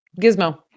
Gizmo